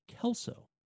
Kelso